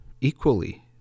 equally